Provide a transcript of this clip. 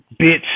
bitch